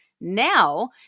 Now